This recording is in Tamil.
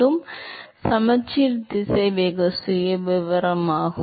எனவே இது ஒரு சமச்சீர் திசைவேக சுயவிவரமாகும்